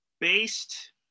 based